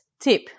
tip